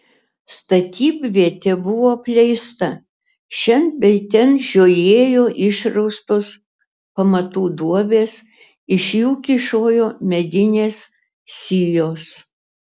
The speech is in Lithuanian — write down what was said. statybvietė buvo apleista šen bei ten žiojėjo išraustos pamatų duobės iš jų kyšojo medinės sijos